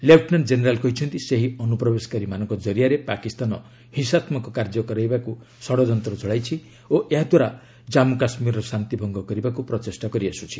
lieutenant general କହିଛନ୍ତି ସେହି ଅନୁପ୍ରବେଶକାରୀମାନଙ୍କ ଜରିଆରେ ପାକିସ୍ତାନ ହିଂସାତ୍ମକ କାର୍ଯ୍ୟ କରାଇବାକୁ ଷଡ଼ଯନ୍ତ୍ର ଚଳାଇଛି ଓ ଏହାଦ୍ୱାରା ଜାନ୍ପୁ କାଶ୍ମୀରର ଶାନ୍ତି ଭଙ୍ଗ କରିବାକୁ ପ୍ରଚେଷ୍ଟା କରିଆସୁଛି